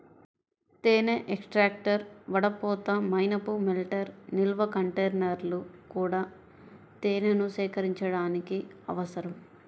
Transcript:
తేనె ఎక్స్ట్రాక్టర్, వడపోత, మైనపు మెల్టర్, నిల్వ కంటైనర్లు కూడా తేనెను సేకరించడానికి అవసరం